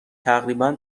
تقریبا